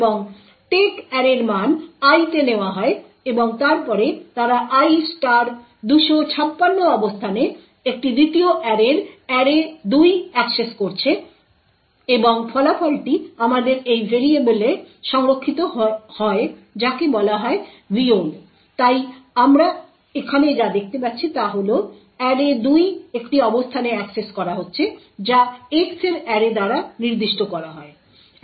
এবং টেক অ্যারের মান I তে নেওয়া হয় এবং তারপরে তারা I 256 অবস্থানে একটি দ্বিতীয় অ্যারের অ্যারে 2 অ্যাক্সেস করছে এবং ফলাফলটি আমাদের এই ভেরিয়েবলে সংরক্ষিত হয় যাকে বলা হয় viol তাই আমরা এখানে যা দেখতে পাচ্ছি তা হল অ্যারে 2 একটি অবস্থানে অ্যাক্সেস করা হচ্ছে যা X এর অ্যারে দ্বারা নির্দিষ্ট করা হয়